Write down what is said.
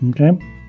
Okay